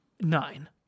nine